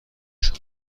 شما